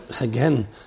again